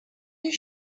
you